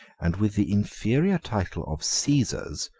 and with the inferior title of caesars,